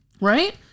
right